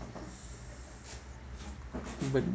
mm but mm